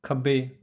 ਖੱਬੇ